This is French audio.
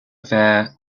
vers